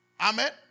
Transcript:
Amen